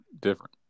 different